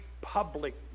public